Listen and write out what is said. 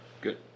Good